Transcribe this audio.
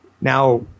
Now